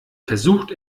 versucht